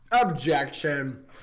objection